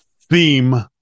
theme